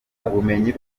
bumenyi